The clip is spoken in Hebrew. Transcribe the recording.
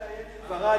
לעיין בדברי,